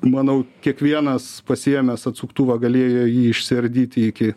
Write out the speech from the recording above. manau kiekvienas pasiėmęs atsuktuvą galėjo jį išsiardyti iki